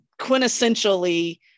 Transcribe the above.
quintessentially